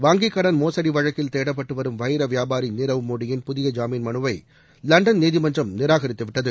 வங்கிக் கடன் மோசடி வழக்கில் தேடப்பட்டு வரும் வைர வியாபாரி நிரவ் மோடியின் புதிய ஜாமீன் மனுவை லண்டன் நீதிமன்றம் நிராகரித்து விட்டது